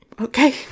Okay